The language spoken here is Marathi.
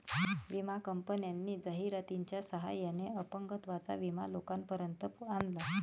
विमा कंपन्यांनी जाहिरातीच्या सहाय्याने अपंगत्वाचा विमा लोकांपर्यंत आणला